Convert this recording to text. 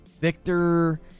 Victor